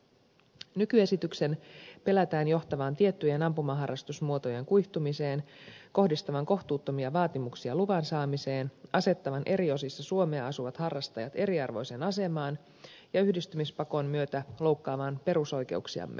nykyesityksen pelätään johtavan tiettyjen ampujaharrastusmuotojen kuihtumiseen kohdistavan kohtuuttomia vaatimuksia luvan saamiseen asettavan eri osissa suomea asuvat harrastajat eriarvoiseen asemaan ja loukkaavan yhdistymispakon myötä perusoikeuksiamme